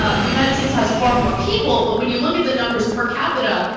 ah the united states has far more people. but when you look at the numbers per capita,